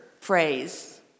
phrase